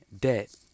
debt